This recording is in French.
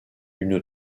une